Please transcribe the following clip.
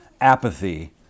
apathy